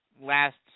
last